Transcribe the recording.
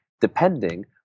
depending